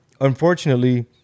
unfortunately